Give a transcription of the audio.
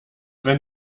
wenn